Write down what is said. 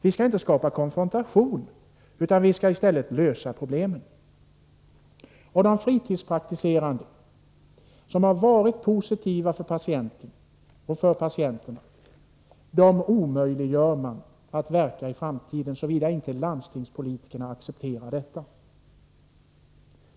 Vi skall i stället lösa problemen. För de fritidspraktiserande läkarna, som har varit positiva för patienterna, omöjliggör man att verka i framtiden, såvida inte landstingens politiker accepterar detta.